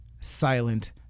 silent